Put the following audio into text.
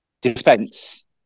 defense